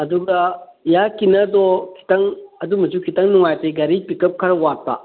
ꯑꯗꯨꯝ ꯏꯌꯥꯔ ꯀ꯭ꯂꯤꯅꯔꯗꯣ ꯈꯤꯇꯪ ꯑꯗꯨꯃꯁꯨ ꯈꯤꯇꯪ ꯅꯨꯡꯉꯥꯏꯇꯦ ꯒꯥꯔꯤ ꯄꯤꯛꯑꯞ ꯈꯔ ꯋꯥꯠꯄ